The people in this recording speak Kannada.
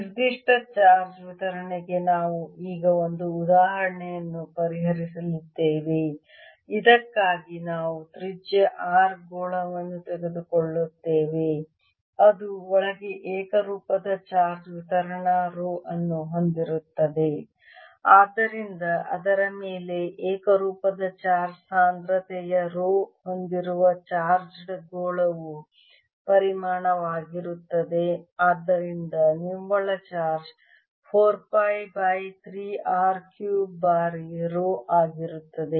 ನಿರ್ದಿಷ್ಟ ಚಾರ್ಜ್ ವಿತರಣೆಗೆ ನಾವು ಈಗ ಒಂದು ಉದಾಹರಣೆಯನ್ನು ಪರಿಹರಿಸಲಿದ್ದೇವೆ ಇದಕ್ಕಾಗಿ ನಾವು ತ್ರಿಜ್ಯ r ಗೋಳವನ್ನು ತೆಗೆದುಕೊಳ್ಳುತ್ತೇವೆ ಅದು ಒಳಗೆ ಏಕರೂಪದ ಚಾರ್ಜ್ ವಿತರಣಾ ರೋ ಅನ್ನು ಹೊಂದಿರುತ್ತದೆ ಆದ್ದರಿಂದ ಅದರ ಮೇಲೆ ಏಕರೂಪದ ಚಾರ್ಜ್ ಸಾಂದ್ರತೆಯ ರೋ ಹೊಂದಿರುವ ಚಾರ್ಜ್ಡ್ ಗೋಳವು ಪರಿಮಾಣವಾಗಿರುತ್ತದೆ ಆದ್ದರಿಂದ ನಿವ್ವಳ charge 4 pi by 3 R cube ಬಾರಿ ರೋ ಆಗಿರುತ್ತದೆ